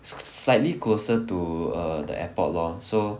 s~ slightly closer to err the airport lor so